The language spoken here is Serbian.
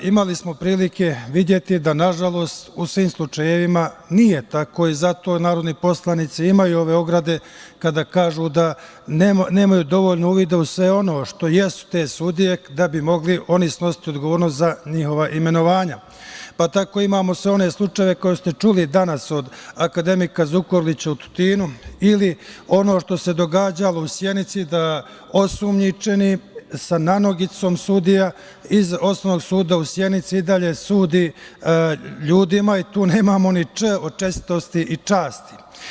Imali smo prilike videti, da na žalost, u svim slučajevima nije tako i zato narodni poslanici imaju ove ograde kada kažu da nemaju dovoljno uvida u sve ono što jeste sudija, da bi mogli snositi odgovornost za njihova imenovanja, pa tako imamo sve one slučajeve koje ste čuli danas od akademika Zukorlića, o Tutinu, ili ono što se događalo u Sjenici da osumnjičeni sa nanogicom sudija iz osnovnog suda u Sjenici, i dalje sudi ljudima i tu nemamo ni „č“ od čestitosti i časti.